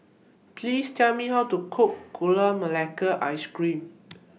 Please Tell Me How to Cook Gula Melaka Ice Cream